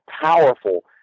powerful